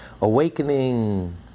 awakening